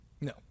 No